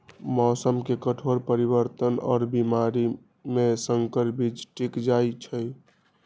मौसम के कठोर परिवर्तन और बीमारी में संकर बीज टिक जाई छई